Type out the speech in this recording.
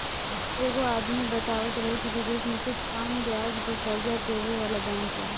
एगो आदमी बतावत रहे की बिदेश में कुछ कम ब्याज पर कर्जा देबे वाला बैंक बा